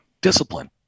Discipline